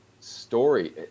story